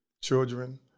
children